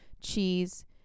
cheese